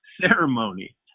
ceremony